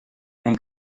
and